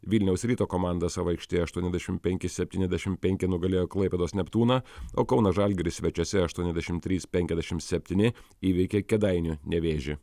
vilniaus ryto komanda savo aikštėje aštuoniasdešim penki septyniasdešim penki nugalėjo klaipėdos neptūną o kauno žalgiris svečiuose aštuoniasdešim trys penkiasdešimt septyni įveikė kėdainių nevėžį